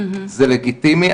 זה לגיטימי.